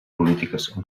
polítiques